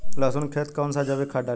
लहसुन के खेत कौन सा जैविक खाद डाली?